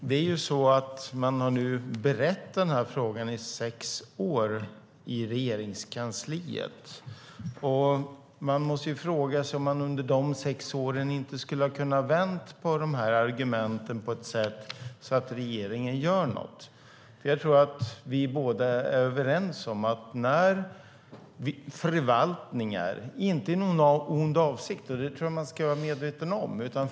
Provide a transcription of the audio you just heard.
Fru talman! Den här frågan har nu beretts i Regeringskansliet i sex år, och frågan är om man under dessa sex år inte kunde ha vänt på argumenten på ett sådant sätt att regeringen gör något. Jag tror att vi är överens om att förvaltningar inte gör detta i någon ond avsikt. Det ska man vara medveten om.